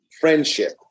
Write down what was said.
friendship